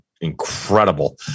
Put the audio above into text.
incredible